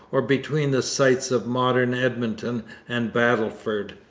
or between the sites of modern edmonton and battleford.